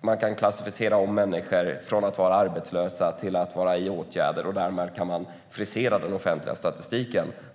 Man kan klassificera om människor från att vara arbetslösa till att vara i åtgärder, och därmed kan man frisera den offentliga statistiken.